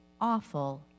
awful